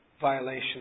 violation